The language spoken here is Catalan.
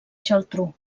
geltrú